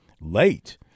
late